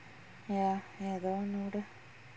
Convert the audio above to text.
ya எதோ ஒன்னு உடு:etho onnu udu